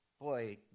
Boy